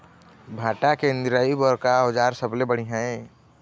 भांटा के निराई बर का औजार सबले बढ़िया ये?